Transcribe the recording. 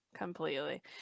completely